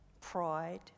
pride